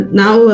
now